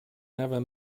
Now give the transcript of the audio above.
never